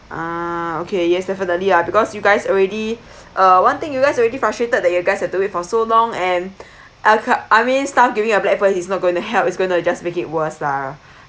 ah okay yes definitely ah because you guys already uh one thing you guys already frustrated that you guys had to wait for so long and I ca~ I mean staff giving a black face he's not going to help it's going to just make it worse lah